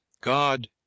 God